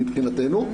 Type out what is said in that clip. מבחינתנו.